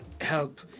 help